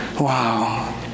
Wow